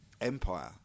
Empire